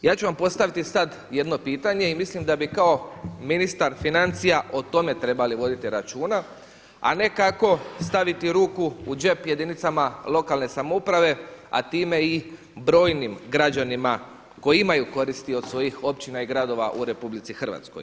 Ja ću vam postaviti sada jedno pitanje i mislim da bi kao ministar financija o tome trebali voditi računa, a ne kako staviti ruku u džep jedinicama lokalne samouprave, a time i brojnim građanima koji imaju koristi od svojih općina i gradova u RH.